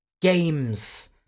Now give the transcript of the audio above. games